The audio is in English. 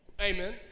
Amen